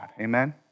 Amen